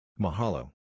Mahalo